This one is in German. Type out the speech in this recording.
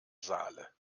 saale